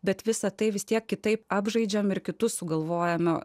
bet visa tai vis tiek kitaip apžaidžiame ir kitus sugalvojame